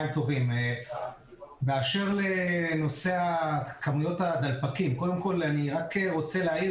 באשר לנושא כמויות הדלפקים אני רוצה להעיר